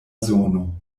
zono